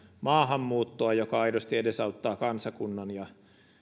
maahanmuuttoa joka aidosti edesauttaa kansakunnan ja